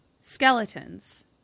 skeletons